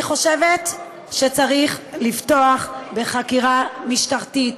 זה בסדר, אני חושבת שצריך לפתוח בחקירה משטרתית.